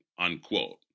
unquote